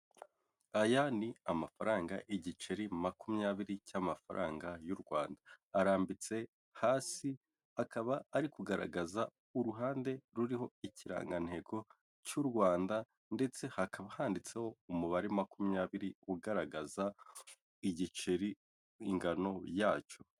Aya ni amafaranga igiceri makumyabiri cy'amafaranga y'u Rwanda, arambitse hasi akaba ari kugaragaza uruhande ruriho ikirangantego cy'u Rwanda ndetse hakaba handitseho umubare makumyabiri ugaragaza igiceri ingano yacyo.